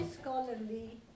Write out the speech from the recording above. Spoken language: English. scholarly